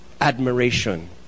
admiration